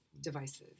devices